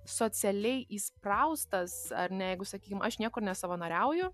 socialiai įspraustas ar ne jeigu sakykim aš niekur nesavanoriauju